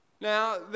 Now